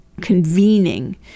convening